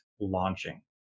launching